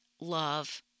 love